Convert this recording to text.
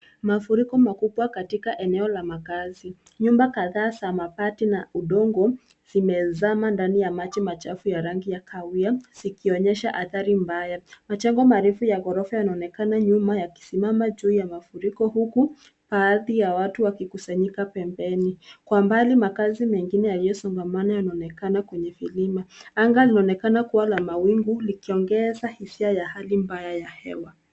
Mafuriko makubwa katika eneo la makazi. Nyumba kadhaa za mabati na udongo zimezama ndani ya maji machafu ya rangi ya kahawia, zikionyesha athari mbaya. Majengo marefu ya ghorofa yanaonekana nyuma yakisimama juu ya mafuriko huku, baadhi ya watu wakikusanyika pembeni. Kwa mbali makazi mengine yaliyosongamana yanaonekana kwenye milima. Anga linaonekana kuwa la mawingu likiongeza hisia ya hali mbaya ya hewa.